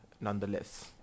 nonetheless